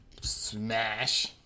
Smash